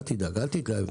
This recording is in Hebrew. אל תתלהב.